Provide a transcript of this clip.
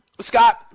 Scott